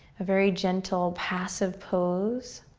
a very gentle, passive pose,